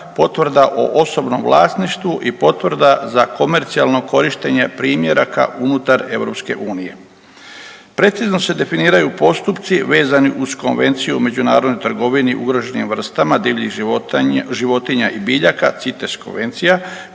potvrda o osobnom vlasništvu i potvrda za komercijalno korištenje primjeraka unutar EU. Precizno se definiraju postupci vezani uz Konvenciju o međunarodnoj trgovini ugroženim vrstama divljih životinja i biljaka, CITES konvencija,